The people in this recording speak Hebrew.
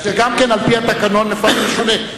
על-פי התקנון זה לפעמים משתנה.